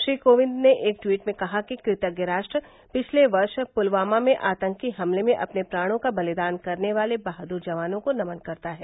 श्री कोविंद ने एक ट्वीट में कहा कि कृतज्ञ राष्ट्र पिछले वर्ष पुलवामा में आतंकी हमले में अपने प्राणों का बलिदान करने वाले बहादुर जवानों को नमन करता है